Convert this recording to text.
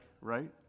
right